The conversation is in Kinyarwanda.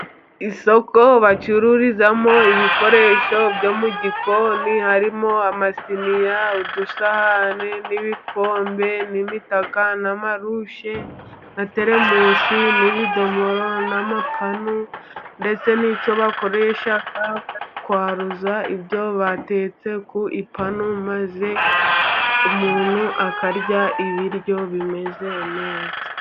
Isoko bacururizamo ibikoresho byo mu gikoni harimo amasiniya, udusahane, n'ibikombe, n'imitaka, n'amarushi, na terimusi, n'ibidomoro, n'amapanu ndetse n'icyo bakoresha kwaruza ibyo batetse ku ipanu maze umuntu akarya ibiryo bimeze neza.